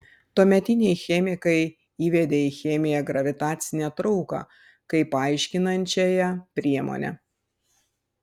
tuometiniai chemikai įvedė į chemiją gravitacinę trauką kaip aiškinančiąją priemonę